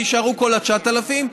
תישארו כל ה-9,000,